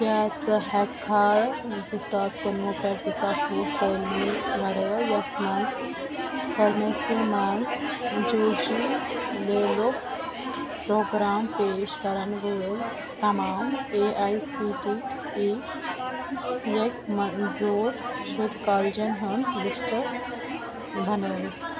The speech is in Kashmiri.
کیٛاہ ژٕ ہٮ۪کہٕ کھا زٕ ساس کُنہٕ وُہ پٮ۪ٹھ زٕ ساس وُہ تٲلیٖمی وَرٲے یَس مَنٛز فارمیسی مَنٛز جے یوٗ جی لٮ۪ولُک پروگرام پیش کرن وٲلۍ تمام A I C T E یُک منظور شُدٕ کالجن ہُنٛد لِسٹ بنٲوِتھ